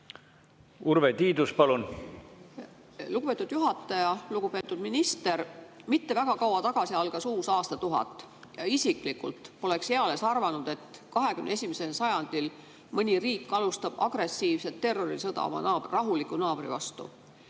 Urve Tiidus, palun! Lugupeetud juhataja! Lugupeetud minister! Mitte väga kaua tagasi algas uus aastatuhat. Mina isiklikult poleks eales arvanud, et 21. sajandil mõni riik alustab agressiivset terrorisõda oma naabri, rahuliku naabri vastu